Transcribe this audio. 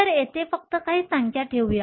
तर येथे फक्त काही संख्या ठेवूया